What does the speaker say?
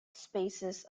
spaces